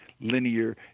linear